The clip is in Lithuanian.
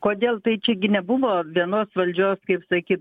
kodėl tai čia gi nebuvo vienos valdžios kaip sakyt